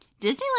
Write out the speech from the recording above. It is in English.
Disneyland